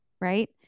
right